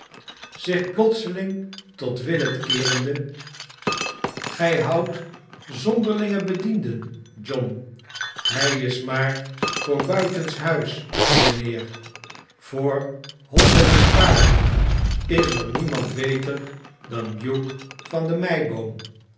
zich plotseling tot willet keerende gij houdt zonderlinge bedienden john hij is maar voor buitenshuis mijnheer voorhonden'en paarden is er niemand beter dan hugh van demeiboonu